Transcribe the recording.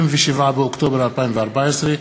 27 באוקטובר 2014,